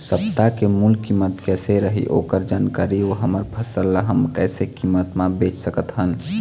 सप्ता के मूल्य कीमत कैसे रही ओकर जानकारी अऊ हमर फसल ला हम कैसे कीमत मा बेच सकत हन?